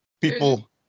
people